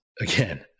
again